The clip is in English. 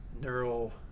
neural